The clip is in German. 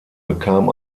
bekam